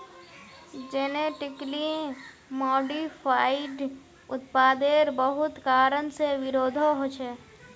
genetically modified उत्पादेर बहुत कारण से विरोधो होछे